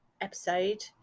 episode